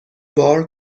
بار